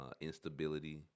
instability